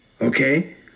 Okay